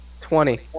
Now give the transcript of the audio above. Twenty